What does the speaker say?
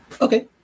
Okay